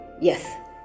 yes